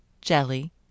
jelly